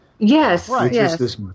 Yes